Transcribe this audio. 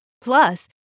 Plus